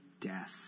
death